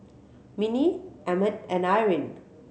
Minnie Emett and Irene